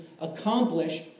accomplish